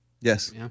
Yes